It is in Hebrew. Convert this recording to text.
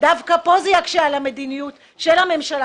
דווקא פה זה יקשה על המדיניות של הממשלה